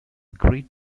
great